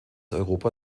europa